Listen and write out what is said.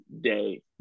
day